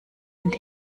sind